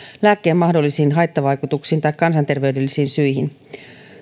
lääkkeen mahdollisiin haittavaikutuksiin tai kansanterveydellisiin syihin